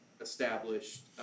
established